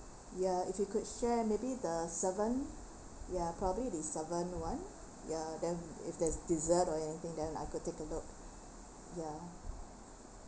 ya if you could share maybe the seven ya probably the seven [one] ya then if there is dessert or anything then I could take a look ya